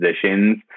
positions